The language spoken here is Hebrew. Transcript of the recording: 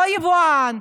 לא יבואן,